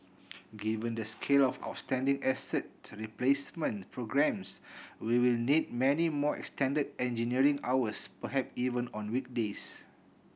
given the scale of outstanding asset replacement programmes we will need many more extended engineering hours perhaps even on weekdays